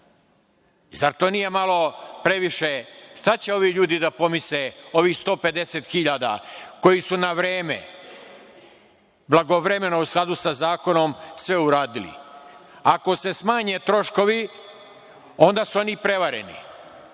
Zar to nije malo previše? Šta će ovi ljudi da pomisle, ovih 150 hiljada koji su na vreme, blagovremeno u skladu sa zakonom sve uradili. Ako se smanje troškovi onda su oni prevareni.